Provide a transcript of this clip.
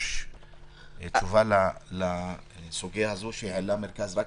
יש תשובה לסוגיה הזאת שהעלה מרכז רקמן?